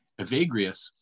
Evagrius